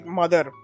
mother